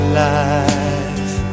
life